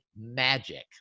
magic